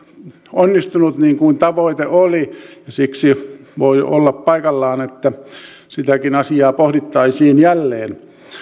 onnistunut niin kuin tavoite oli ja siksi voi olla paikallaan että sitäkin asiaa pohdittaisiin jälleen